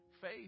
faith